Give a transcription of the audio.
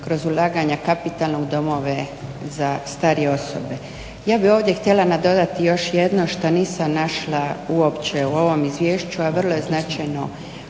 kroz ulaganja kapitalnog u domove za starije osobe. Ja bih ovdje htjela nadodati još jedno šta nisam našla uopće u ovom izvješću, a vrlo je značajno